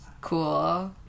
cool